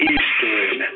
Eastern